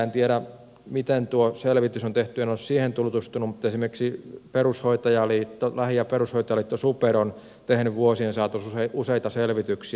en tiedä miten tuo selvitys on tehty en ole siihen tutustunut mutta esimerkiksi lähi ja perushoitajaliitto super on tehnyt vuosien saatossa useita selvityksiä